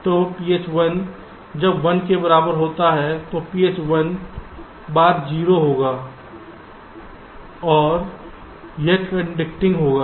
तो phi 1 जब 1 के बराबर होता है तो phi 1 बार 0 होगा और यह कंडक्टिंग होगा